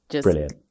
brilliant